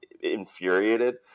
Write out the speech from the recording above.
infuriated